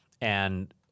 and-